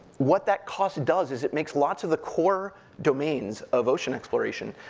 what that cost does, is it makes lots of the core domains of ocean exploration,